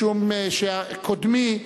משום שקודמי,